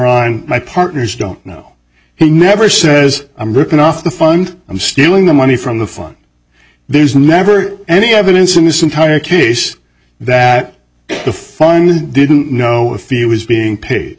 on my partners don't know he never says i'm ripping off the fund i'm stealing the money from the phone there's never any evidence in this entire case that the farm didn't know if it was being paid